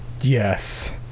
Yes